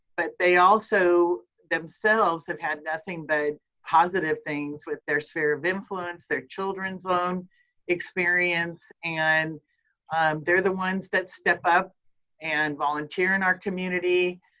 but they also themselves have had nothing but positive things with their sphere of influence, their children's own experience. and they're the ones that step up and volunteer in our community.